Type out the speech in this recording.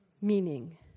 Meaning